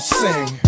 sing